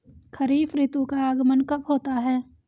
खरीफ ऋतु का आगमन कब होता है?